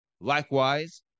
Likewise